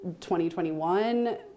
2021